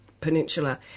peninsula